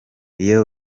iyo